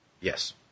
Yes